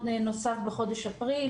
נוסף בחודש אפריל